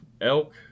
Elk